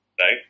Right